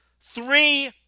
three